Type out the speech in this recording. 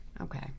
Okay